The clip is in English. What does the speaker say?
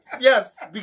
yes